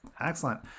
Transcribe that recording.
Excellent